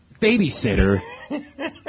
Babysitter